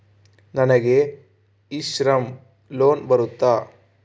ನನಗೆ e Shram loan ಬರುತ್ತಾ?